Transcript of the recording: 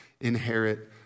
inherit